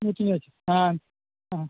meeting വെച്ച് ആ ആ